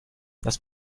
das